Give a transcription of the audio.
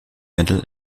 medal